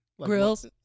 grills